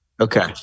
Okay